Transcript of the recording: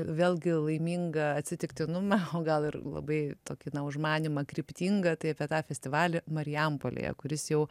vėlgi laimingą atsitiktinumą o gal ir labai tokį užmanymą kryptingą tai apie tą festivalį marijampolėje kuris jau